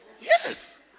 Yes